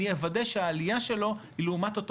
אני אוודא שהעלייה שלו היא לעומת אותו